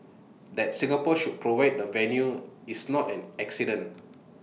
that Singapore should provide the venue is not an accident